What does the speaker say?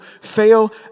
fail